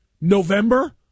November